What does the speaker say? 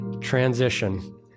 transition